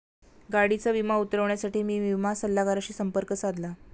गाडीचा विमा उतरवण्यासाठी मी विमा सल्लागाराशी संपर्क साधला